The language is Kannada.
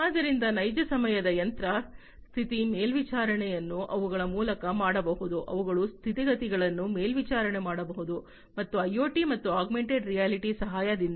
ಆದ್ದರಿಂದ ನೈಜ ಸಮಯದ ಯಂತ್ರ ಸ್ಥಿತಿ ಮೇಲ್ವಿಚಾರಣೆಯನ್ನು ಅವುಗಳ ಮೂಲಕ ಮಾಡಬಹುದು ಅವುಗಳ ಸ್ಥಿತಿಗತಿಗಳನ್ನು ಮೇಲ್ವಿಚಾರಣೆ ಮಾಡಬಹುದು ಮತ್ತು ಐಒಟಿ ಮತ್ತು ಆಗ್ಮೆಂಟೆಡ್ ರಿಯಾಲಿಟಿದ ಸಹಾಯದಿಂದ